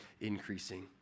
increasing